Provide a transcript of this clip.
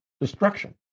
destruction